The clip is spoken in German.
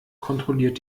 kontrolliert